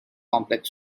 complex